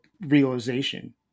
realization